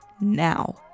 now